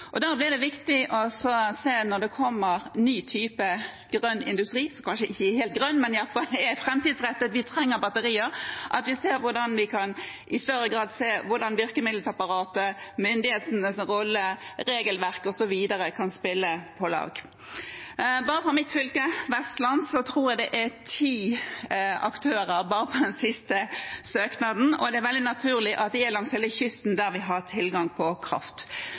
Da blir det viktig, når det kommer en ny type grønn industri – som kanskje ikke er helt grønn, men i alle fall er fremtidsrettet, vi trenger batterier – at vi i større grad ser på hvordan virkemiddelapparatet, myndighetenes rolle, regelverk, osv., kan spille på lag. Bare fra mitt fylke, Vestland, tror jeg det er ti aktører bare til den siste søknaden, og det er veldig naturlig at de er langs hele kysten, der vi har tilgang på kraft.